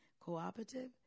Cooperative